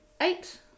Eight